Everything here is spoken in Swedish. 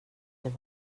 det